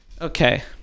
Okay